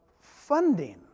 funding